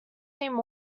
team